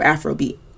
Afrobeat